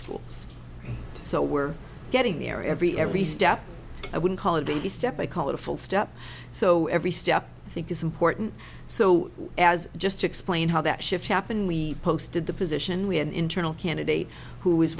schools so we're getting there every every step i wouldn't call it a step i call it a full step so every step i think is important so as just to explain how that shift happened we posted the position we had an internal candidate who was